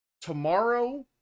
tomorrow